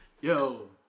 Yo